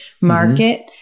market